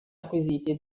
acquisiti